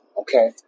okay